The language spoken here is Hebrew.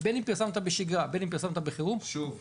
בין אם פרסמת בשגרה ובין אם פרסמת בחירום --- שוב,